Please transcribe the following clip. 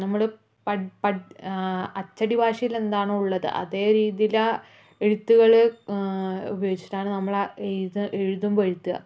നമ്മള് പട് പട് അച്ചടി ഭാഷയിലെന്താണോ ഉള്ളത് അതേ രീതിയിലാണ് എഴുത്തുകള് ഉപയോഗിച്ചിട്ടാണ് നമ്മള് എഴുത് എഴുതുമ്പോൾ എഴുതാ